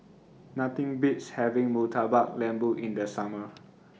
Nothing Beats having Murtabak Lembu in The Summer